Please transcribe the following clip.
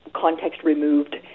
context-removed